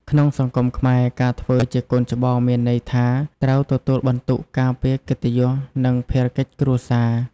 ក្នុងសង្គមខ្មែរ ការធ្វើជាកូនច្បងមានន័យថាត្រូវទទួលបន្ទុកការពារកិត្តិយស និងភារកិច្ចគ្រួសារ។